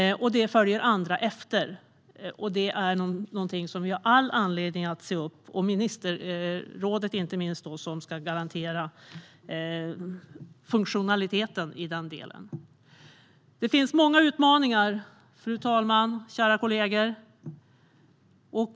Detta följer andra efter, och det är någonting som vi har all anledning att se upp med, inte minst ministerrådet som ska garantera funktionaliteten i den delen. Fru talman och kära kollegor! Det finns många utmaningar.